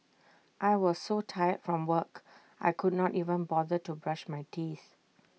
I was so tired from work I could not even bother to brush my teeth